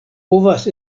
povas